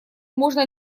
можно